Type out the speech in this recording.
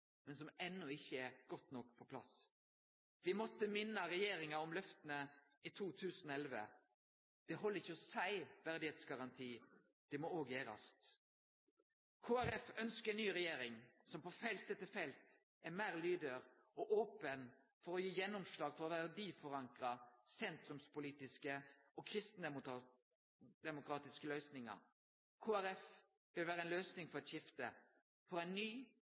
men som enno ikkje er godt nok på plass. Me måtte minne regjeringa om løfta i 2011. Det held ikkje å seie verdigheitsgaranti, det må òg følgjast opp. Kristeleg Folkeparti ønskjer ei ny regjering som på felt etter felt er meir lydhør og open for å gi gjennomslag for verdiforankra sentrumspolitiske og kristendemokratiske løysingar. Kristeleg Folkeparti vil vere ei løysing for eit skifte: for ein ny,